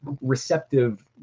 receptive